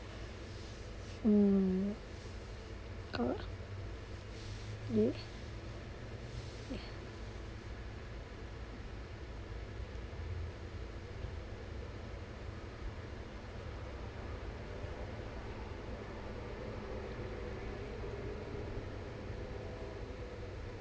mm co~